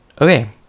Okay